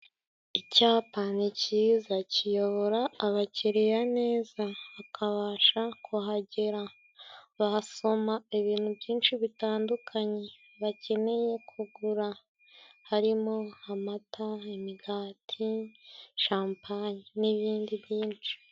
Icyapa ni kiza kiyobora abakiriya neza, bakabasha kuhagera, bahasoma ibintu byinshi bitandukanye, bakeneye kugura harimo: amata, imigati, shampanye n'ibindi byinshi.